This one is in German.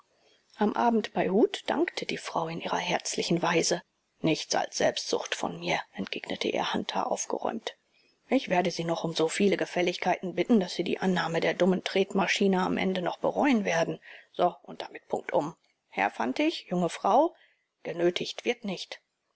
am abend bei huth dankte die frau in ihrer herzlichen weise nichts als selbstsucht von mir entgegnete ihr hunter aufgeräumt ich werde sie noch um so viele gefälligkeiten bitten daß sie die annahme der dummen tretmaschine am ende noch bereuen werden so und damit punktum herr fantig junge frau genötigt wird nicht